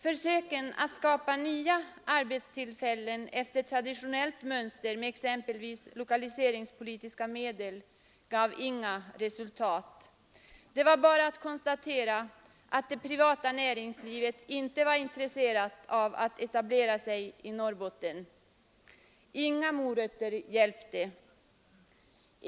Försöken att skapa nya arbetstillfällen efter traditionellt mönster med exempelvis lokaliseringspolitiska medel gav inga resultat. Det var bara att konstatera att det privata näringslivet inte var intresserat av att etablera sig i Norrbotten. Inga morötter hjälpte.